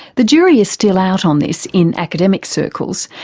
the jury is still out on this in academic circles.